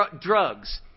drugs